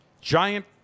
Giant